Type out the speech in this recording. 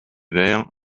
vert